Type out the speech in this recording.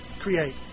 create